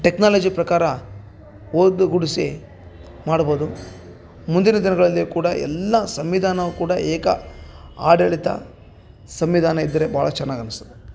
technology ಪ್ರಕಾರ ಒಂದು ಗೂಡಿಸಿ ಮಾಡ್ಬೌದು ಮುಂದಿನ ದಿನಗಳಲ್ಲಿ ಕೂಡ ಎಲ್ಲಾ ಸಂವಿಧಾನವು ಕೂಡ ಏಕ ಆಡಳಿತ ಸಂವಿಧಾನ ಇದ್ದರೆ ಭಾಳ ಚೆನ್ನಾಗಿ ಅನ್ಸ್ತದ